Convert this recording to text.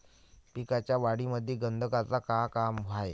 पिकाच्या वाढीमंदी गंधकाचं का काम हाये?